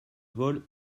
vol